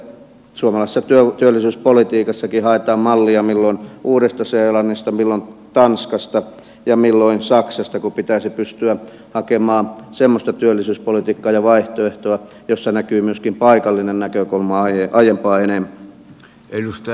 minua kiusaa se että suomalaisessa työllisyyspolitiikassakin haetaan mallia milloin uudesta seelannista milloin tanskasta ja milloin saksasta kun pitäisi pystyä hakemaan semmoista työllisyyspolitiikkaa ja vaihtoehtoa jossa näkyy myöskin paikallinen näkökulma aiempaa enemmän